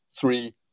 Three